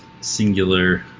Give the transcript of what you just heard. singular